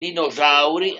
dinosauri